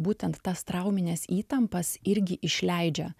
būtent tas traumines įtampas irgi išleidžia